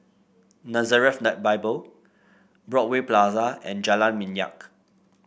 Nazareth Bible Broadway Plaza and Jalan Minyak